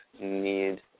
need